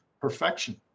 perfection